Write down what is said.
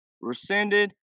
rescinded